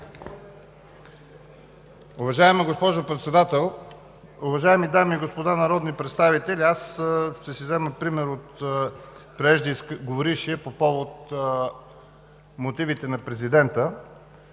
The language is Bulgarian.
Уважаема госпожо Председател, уважаеми дами и господа народни представители! Аз ще си взема пример от преждеговорившия по повод мотивите на президента,